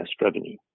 revenue